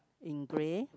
in grey